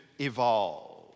evolve